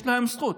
יש להם זכות,